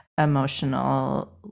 emotional